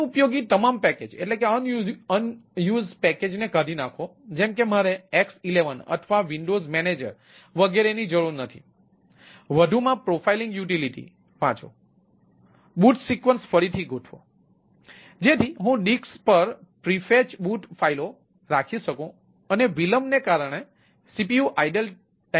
બિનઉપયોગી તમામ પેકેજો ઘટાડી શકું